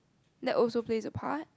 that also plays a part